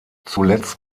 zuletzt